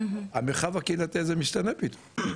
המרחב הקהילתי הזה משתנה פתאום,